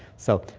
so,